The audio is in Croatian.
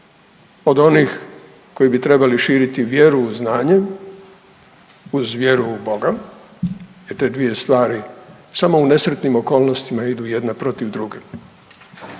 od onih koji bi trebali širiti vjeru u znanje, uz vjeru u Boga i te dvije stvari samo u nesretnim okolnostima idu jedna protiv druge.